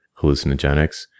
hallucinogenics